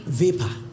vapor